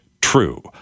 true